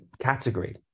category